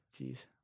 Jeez